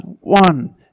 one